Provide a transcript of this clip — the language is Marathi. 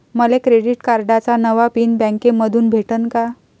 मले क्रेडिट कार्डाचा नवा पिन बँकेमंधून भेटन का?